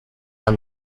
and